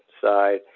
side